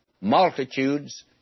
Multitudes